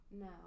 No